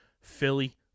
Philly